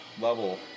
level